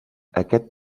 aquest